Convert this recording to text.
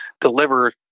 deliver